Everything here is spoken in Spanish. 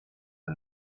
del